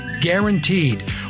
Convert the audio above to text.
Guaranteed